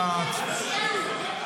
אתה רוצה להשיב מהצד?